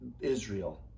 Israel